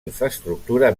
infraestructura